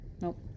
Nope